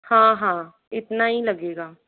हाँ हाँ इतना ही लगेगा